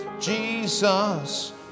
Jesus